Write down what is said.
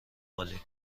عالی